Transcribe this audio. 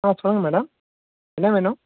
ஆ சொல்லுங்கள் மேடம் என்ன வேணும்